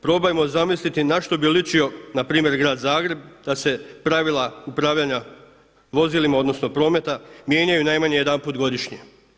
Probajmo zamisliti na što bi ličio na primjer grad Zagreb da se pravila upravljanja vozilima, odnosno prometa mijenjaju najmanje jedanput godišnje.